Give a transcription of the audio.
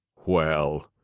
well,